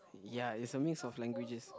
ya it's a mix of languages